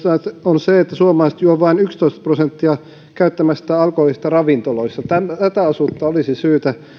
on se että suomalaiset juovat vain yksitoista prosenttia käyttämästään alkoholista ravintoloissa tätä osuutta olisi syytä